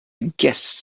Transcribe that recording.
guess